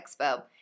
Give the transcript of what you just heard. Expo